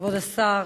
כבוד השר,